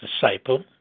disciple